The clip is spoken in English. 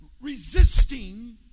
resisting